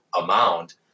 amount